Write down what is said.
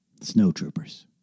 Snowtroopers